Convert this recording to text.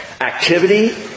activity